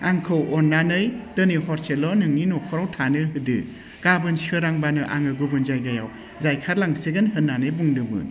आंखौ अननानै दिनै हरसेल' नोंनि न'खराव थानो होदो गाबोन सोरांबानो आङो गुबुन जायगायाव जायखारलांसिगोन होननानै बुंदोंमोन